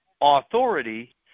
authority